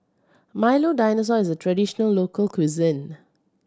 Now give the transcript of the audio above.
Milo Dinosaur is a traditional local cuisine